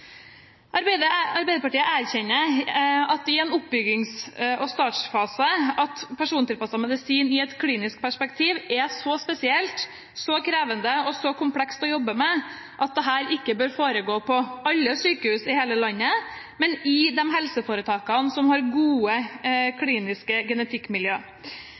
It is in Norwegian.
Arbeiderpartiet erkjenner at i en oppbyggings- og startfase er persontilpasset medisin i et klinisk perspektiv så spesielt, så krevende og så komplekst å jobbe med at dette ikke bør foregå på alle sykehus i hele landet, men i de helseforetakene som har gode kliniske genetikkmiljø.